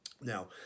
Now